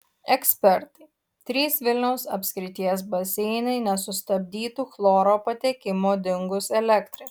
ekspertai trys vilniaus apskrities baseinai nesustabdytų chloro patekimo dingus elektrai